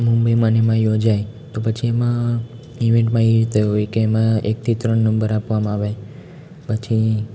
મુંબઈમાંને એમાં યોજાય તો પછી એમાં ઈવેંટમાં એ રીતે હોય કે એમાં એકથી ત્રણ નંબર આપવામાં અવાય પછી